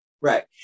Right